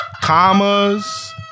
Commas